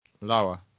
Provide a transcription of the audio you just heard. Lower